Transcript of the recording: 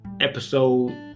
episode